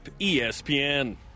ESPN